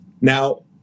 Now